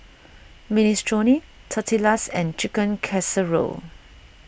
Minestrone Tortillas and Chicken Casserole